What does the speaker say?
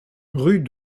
rue